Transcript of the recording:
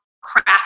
craft